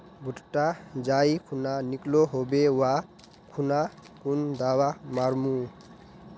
भुट्टा जाई खुना निकलो होबे वा खुना कुन दावा मार्मु?